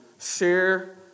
share